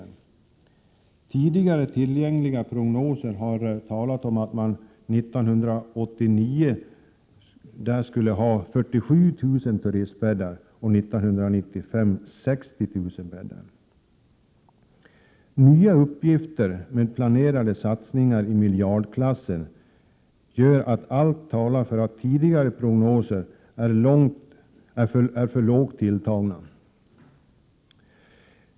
I tidigare tillgängliga prognoser har det talats om att det 1989 skulle finnas 47 000 turistbäddar där och 60 000 bäddar 1995. Nya uppgifter om planerade satsningar i miljardklassen gör att allt talar för att tidigare prognoser är tilltagna i underkant.